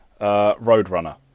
Roadrunner